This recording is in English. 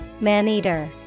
Man-eater